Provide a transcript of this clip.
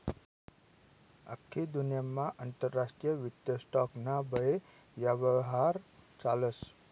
आख्खी दुन्यामा आंतरराष्ट्रीय वित्त स्टॉक ना बये यव्हार चालस